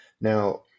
Now